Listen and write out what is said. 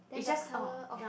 is just orh ya